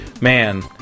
man